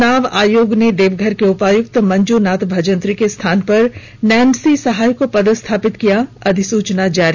च्नाव आयोग ने देवघर के उपायक्त मंजूनाथ भजंत्री के स्थान पर नैंसी सहाय को पदस्थापित किया अधिसूचना जारी